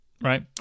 Right